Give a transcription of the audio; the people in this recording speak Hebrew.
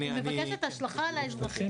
אני מבקשת את ההשלכה על האזרחים.